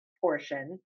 portion